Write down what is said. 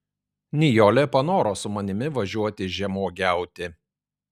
nijolė panoro su manimi važiuoti žemuogiauti